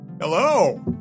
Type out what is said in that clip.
Hello